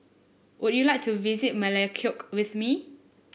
would you like to visit Melekeok with me